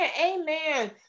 Amen